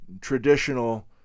traditional